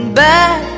back